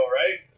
right